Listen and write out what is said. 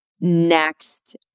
Next